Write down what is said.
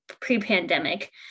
pre-pandemic